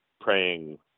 praying